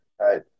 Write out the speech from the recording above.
right